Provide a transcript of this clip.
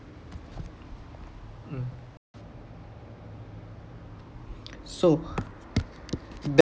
mm so